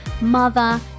mother